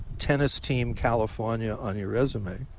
tennis team california on your resume.